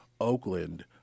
oakland